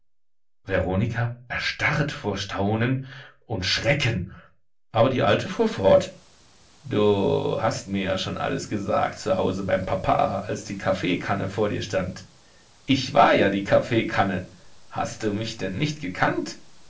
veronika erstarrte vor staunen und schrecken aber die alte fuhr fort du hast mir ja schon alles gesagt zu hause beim papa als die kaffeekanne vor dir stand ich war ja die kaffeekanne hast du mich denn nicht gekannt